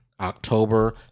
October